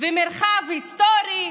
ומרחב היסטורי